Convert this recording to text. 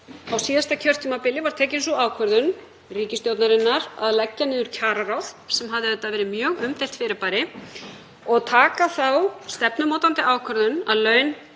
á síðasta kjörtímabili var sú ákvörðun tekin af ríkisstjórninni að leggja niður kjararáð, sem hafði verið mjög umdeilt fyrirbæri, og taka þá stefnumótandi ákvörðun að laun